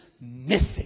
missing